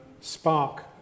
spark